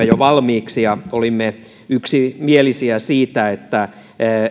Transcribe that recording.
jo valmiiksi ja olimme yksimielisiä siitä että